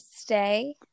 stay